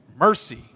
mercy